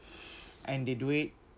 and they do it